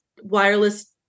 wireless